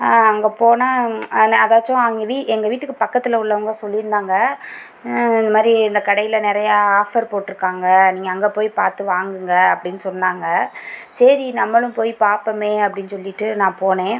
அங்கே போனால் ஆனால் அதாச்சும் அவங்க வீ எங்கள் வீட்டுக்கு பக்கத்தில் உள்ளவங்க சொல்லியிருந்தாங்க இந்தமாதிரி இந்த கடையில் நிறையா ஆஃபர் போட்டுருக்காங்க நீங்கள் அங்கே போய் பார்த்து வாங்குங்கள் அப்படின்னு சொன்னாங்க சரி நம்மளும் போய் பாப்போமே அப்படின்னு சொல்லிட்டு நான் போனேன்